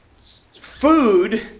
food